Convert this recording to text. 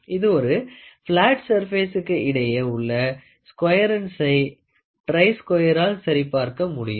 இரு பிளாட் சுரபேஸகளுக்கு இடையே உள்ள ஸகுயர்னசை ட்ரை ஸ்கொயறால் சரி பார்க்க முடியும்